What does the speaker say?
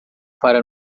para